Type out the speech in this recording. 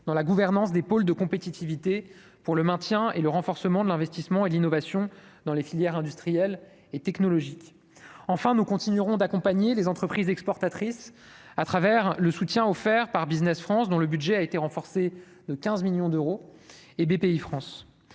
dans la gouvernance des pôles de compétitivité pour le maintien et le renforcement de l'investissement et l'innovation dans les filières industrielles et technologiques, enfin, nous continuerons d'accompagner les entreprises exportatrices à travers le soutien offert par Business France dont le budget a été renforcée de 15 millions d'euros et BPIFrance